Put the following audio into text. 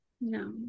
No